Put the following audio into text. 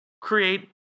create